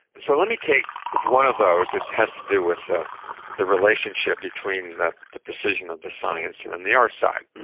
so let me take one of those, which has to do with ah the relationship between the the decision of the science you know and the art side.